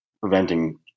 preventing